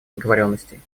договоренностей